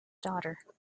daughter